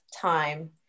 time